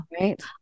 right